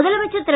முதலமைச்சர் திரு